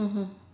mmhmm